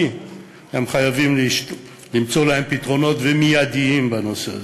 חייבים למצוא להם פתרונות מיידיים בנושא הזה.